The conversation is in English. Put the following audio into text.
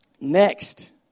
Next